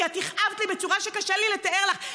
כי את הכאבת לי בצורה שקשה לי לתאר לך.